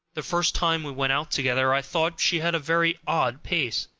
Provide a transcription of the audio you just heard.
the first time we went out together i thought she had a very odd pace